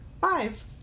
five